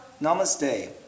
Namaste